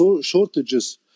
shortages